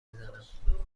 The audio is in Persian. زنم